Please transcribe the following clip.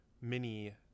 mini